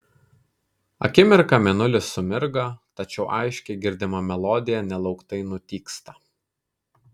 akimirką mėnulis sumirga tačiau aiškiai girdima melodija nelauktai nutyksta